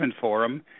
Forum